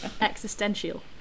existential